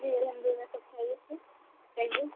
جی الحمد للہ سب خیریت سے کہیے